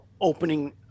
opening